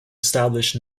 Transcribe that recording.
established